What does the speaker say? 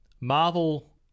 Marvel